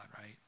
right